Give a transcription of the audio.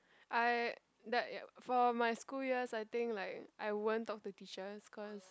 I that for my school years I think like I won't talk to teachers cause